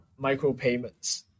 micropayments